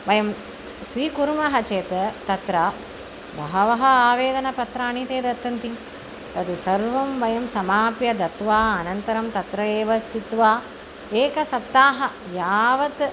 वयं स्वीकुर्मः चेत् तत्र बहवः आवेदनपत्राणि ते ददन्ति तद् सर्वं वयं समाप्य दत्वा अनन्तरं तत्र एव स्थित्वा एकः सप्ताहः यावत्